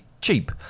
cheap